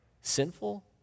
Sinful